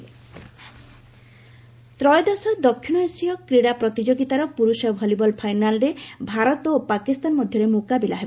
volleyball ତ୍ରୟୋଦଶ ଦକ୍ଷିଣ ଏସୀୟ କ୍ରୀଡା ପ୍ରତିଯୋଗିତାର ପୁରୁଷ ଭଲିବଲ ଫାଇନାଲରେ ଭାରତ ଓ ପାକିସ୍ତାନ ମଧ୍ୟରେ ମୁକାବିଲା ହେବ